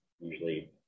usually